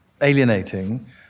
alienating